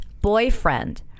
boyfriend